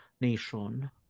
nation